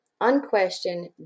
unquestioned